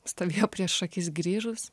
stovėjo prieš akis grįžus